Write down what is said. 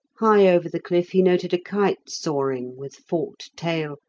high over the cliff he noted a kite soaring, with forked tail,